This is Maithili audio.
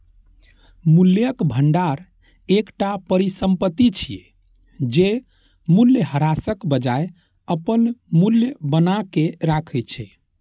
मूल्यक भंडार एकटा परिसंपत्ति छियै, जे मूल्यह्रासक बजाय अपन मूल्य बनाके राखै छै